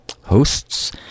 hosts